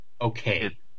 Okay